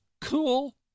Cool